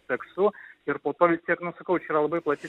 seksu ir po to vis tiek sakau čia yra labai plati